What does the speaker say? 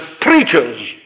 preachers